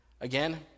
again